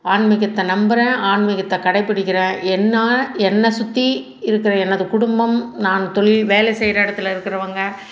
ஆன்மீகத்தை நம்புறேன் ஆன்மீகத்தை கடைபிடிக்கிறேன் என்னா என்ன சுற்றி இருக்கிற எனது குடும்பம் நான் தொழில் வேலை செய்கிற இடத்தில் இருக்கிறவங்க